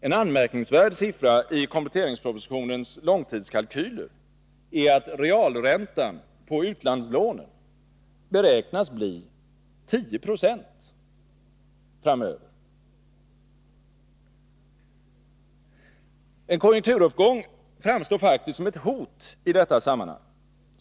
En anmärkningsvärd uppgift i kompletteringspro positionens långtidskalkyler är att realräntan på utlandslånen beräknas bli 10 96 framöver. En konjunkturuppgång framstår faktiskt som ett hot i detta sammanhang.